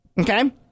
Okay